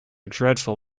dreadful